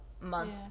month